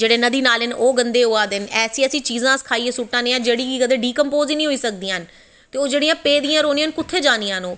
जेह्ड़े नदी नाले न ओह् गंदे होआ दे न ऐसी ऐसी चीज़ां अस खाइयै सुट्ट ने आं जेह्ड़ी कदैं डिकंपोज़ गै नी होई सकदियां न ते ओह् जेह्ड़ियां पेदियां रौह्नियां न कुत्थें जानियां न ओह्